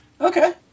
Okay